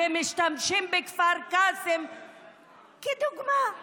ומשתמשים בכפר קאסם כדוגמה.